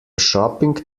shopping